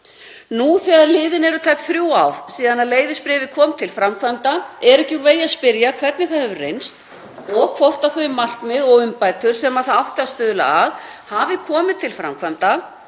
Nú þegar liðin eru tæp þrjú ár síðan leyfisbréfið kom til framkvæmda er ekki úr vegi að spyrja hvernig það hefur reynst, hvort þau markmið og umbætur sem það átti að stuðla að hafi komið til framkvæmda